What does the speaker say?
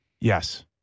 Yes